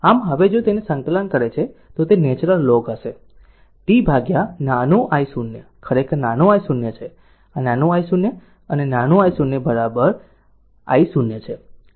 આમ હવે જો તેને સંકલન કરે છે તો તે નેચરલ લોગ હશે t નાનું I0 ખરેખર આ નાનું I0 છે આ નાનું I0 અને નાનું I0 I0 છે